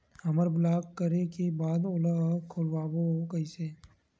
हमर ब्लॉक करे के बाद ओला खोलवाबो कइसे?